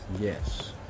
Yes